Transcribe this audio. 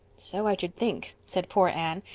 so i should think, said poor anne,